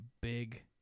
Big